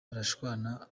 barashwana